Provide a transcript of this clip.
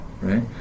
Right